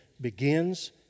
begins